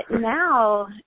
now